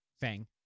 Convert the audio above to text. Fang